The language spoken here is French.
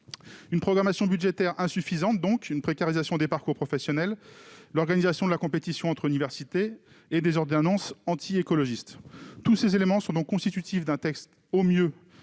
Une programmation budgétaire insuffisante, une précarisation des parcours professionnels, l'organisation de la compétition entre universités et des annonces antiécologistes : tous ces éléments sont constitutifs d'un texte au mieux